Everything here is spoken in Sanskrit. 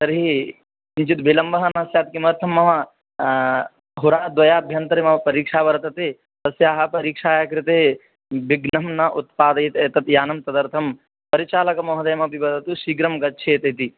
तर्हि किञ्चित् विलम्बः न स्यात् किमर्थं मम होराद्वयाभ्यन्तरे मम परीक्षा वर्तते तस्याः परीक्षायाः कृते विघ्नं न उत्पादयेत् एतद् यानं तदर्थं परिचालकमहोदयमपि वदतु शीघ्रं गच्छेत् इति